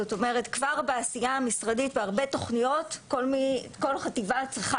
כבר בעשייה המשרדית בהרבה תוכניות כל חטיבה צריכה